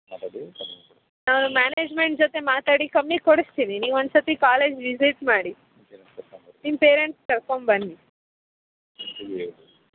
management ಜೊತೆ ಮಾತಾಡಿ ಕಮ್ಮಿ ಕೊಡಿಸ್ತೀವಿ ನೀವು ಒಂದು ಸರ್ತಿ ಕಾಲೇಜ್ ವಿಸಿಟ್ ಮಾಡಿ ನಿಮ್ಮ ಪೇರೆಂಟ್ಸ್ ಕರ್ಕೊಂಡ್ಬನ್ನಿ